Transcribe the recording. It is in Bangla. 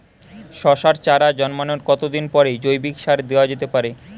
শশার চারা জন্মানোর কতদিন পরে জৈবিক সার দেওয়া যেতে পারে?